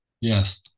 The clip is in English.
Yes